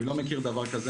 אני לא מכיר דבר כזה.